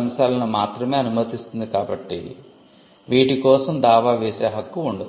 అంశాలను మాత్రమే అనుమతిస్తుంది కాబట్టి వీటి కోసం దావా వేసే హక్కు ఉండదు